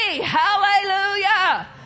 Hallelujah